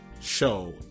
show